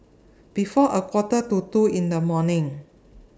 before A Quarter to two in The morning